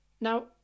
Now